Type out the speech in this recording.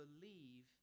believe